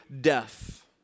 death